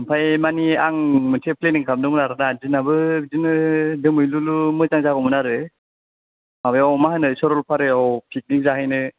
ओमफ्राय मानि आं मोनसे प्लेनिं खालामदोंमोन आरोना दिनाबो बिदिनो दोमैलुलु मोजां जागौमोन आरो माबायाव मा होनो सरलपारायाव पिकनिक जाहैनो